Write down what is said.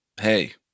Hey